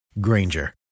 Granger